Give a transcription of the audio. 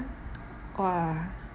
!wah!